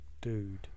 dude